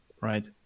Right